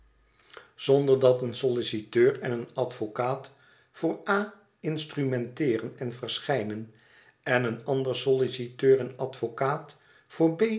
zonder dat een solliciteur en een advocaat voor a instrumenteeren en verschijnen en een ander solliciteur en advocaat